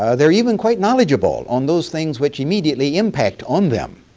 ah they're even quite knowledgeable on those things which immediately impact on them.